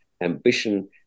ambition